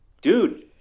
dude